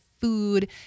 food